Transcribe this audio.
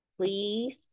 Please